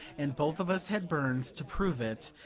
and both of us had burns to prove it,